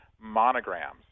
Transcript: monograms